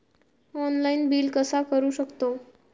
Online bill कसा करु शकतव?